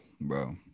bro